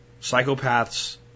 Psychopaths